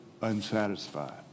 unsatisfied